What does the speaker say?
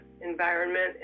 environment